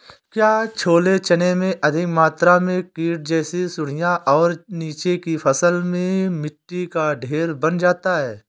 क्या छोले चने में अधिक मात्रा में कीट जैसी सुड़ियां और नीचे की फसल में मिट्टी का ढेर बन जाता है?